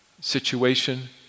Situation